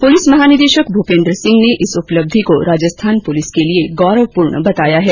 प्रलिस महानिदेशक भूपेंद्र सिंह ने इस उपलब्धि को राजस्थान पुलिस के लिए गौरवपूर्ण बताया है